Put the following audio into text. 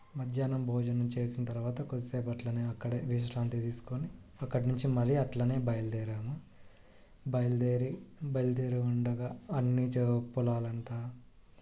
మధ్యాహ్నం భోజనం చేసిన తర్వాత కొద్ది సేపు అలానే అక్కడే విశ్రాంతి తీసుకోని అక్కడ నుంచి మళ్ళీ అలానే బయలు దేరాము బయలు దేరి బయలు దేరి ఉండగా అన్ని చె పొలాల వెంట